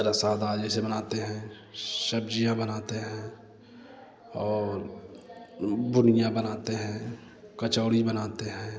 रसादाल जैसे बनाते हैं सब्ज़ियाँ बनाते हैं और बुनियाँ बनाते हैं कचौड़ी बनाते हैं